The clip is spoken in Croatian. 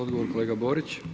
Odgovor kolega Borić.